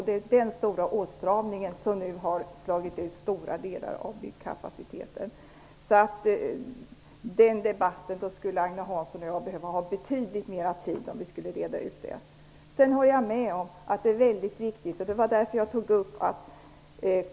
Det är den stora åtstramningen som har slagit ut stora delar av byggkapaciteten. Om vi skulle reda ut detta i en debatt skulle Agne Hansson och jag behöva ha betydligt mer tid. Jag håller med om att det är mycket viktigt att få i gång sysselsättning nu. Det var därför jag tog upp detta.